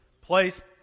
placed